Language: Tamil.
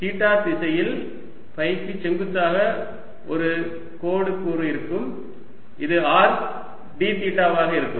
தீட்டா திசையில் ஃபைக்கு செங்குத்தாக ஒரு கோடு கூறு இருக்கும் இது r d தீட்டாவாக இருக்கும்